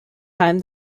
time